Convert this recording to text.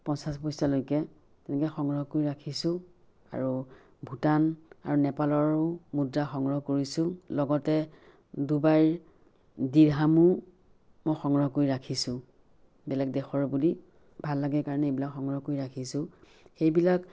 পঞ্চাছ পইচালৈকে এনেকে সংৰক্ষণ কৰি ৰাখিছোঁ আৰু ভূটান আৰু নেপালৰো মুদ্ৰা সংগ্ৰহ কৰিছোঁ লগতে ডুবাইৰ ডিহামো মই সংগ্ৰহ কৰি ৰাখিছোঁ বেলেগ দেশৰ বুলি ভাল লাগে কাৰণে এইবিলাক সংগ্ৰহ কৰি ৰাখিছোঁ সেই বিলাক